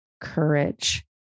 courage